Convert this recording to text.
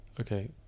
Okay